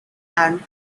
and